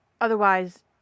otherwise